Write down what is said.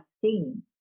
seen